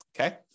okay